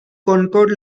concord